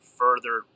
further